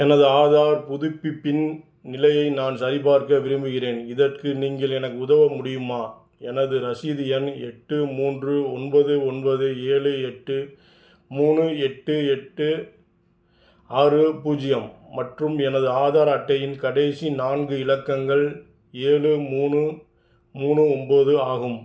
எனது ஆதார் புதுப்பிப்பின் நிலையை நான் சரிபார்க்க விரும்புகிறேன் இதற்கு நீங்கள் எனக்கு உதவ முடியுமா எனது ரசீது எண் எட்டு மூன்று ஒன்பது ஒன்பது ஏழு எட்டு மூணு எட்டு எட்டு ஆறு பூஜ்ஜியம் மற்றும் எனது ஆதார் அட்டையின் கடைசி நான்கு இலக்கங்கள் ஏழு மூணு மூணு ஒம்போது ஆகும்